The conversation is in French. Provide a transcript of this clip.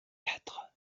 quatre